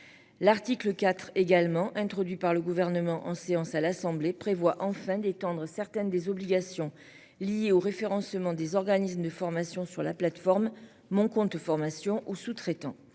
L'article 4 également introduit par le gouvernement en séance à l'Assemblée prévoit enfin d'certaines des obligations liées au référencement des organismes de formation sur la plateforme mon compte formation ou sous-traitants.